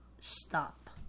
stop